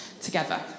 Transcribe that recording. together